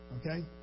Okay